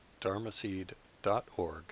dharmaseed.org